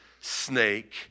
snake